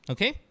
Okay